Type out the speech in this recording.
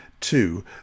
two